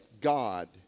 God